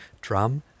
drum